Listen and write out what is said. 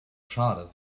schade